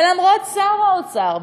ולמרות שר האוצר,